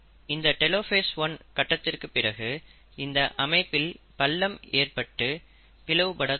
இந்த டெலோஃபேஸ் 1 கட்டத்திற்குப் பிறகு இந்த அமைப்பில் பள்ளம் ஏற்பட்டு பிளவுபட தொடங்கும்